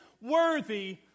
worthy